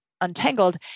untangled